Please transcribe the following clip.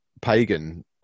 pagan